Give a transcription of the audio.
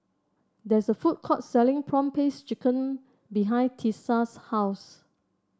there is a food court selling prawn paste chicken behind Tisa's house